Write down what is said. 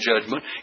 judgment